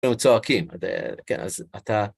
הם צועקים, כן, אז אתה...